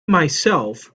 myself